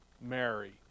Mary